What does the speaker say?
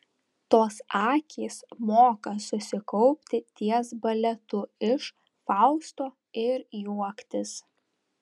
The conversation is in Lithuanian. tos akys moka susikaupti ties baletu iš fausto ir juoktis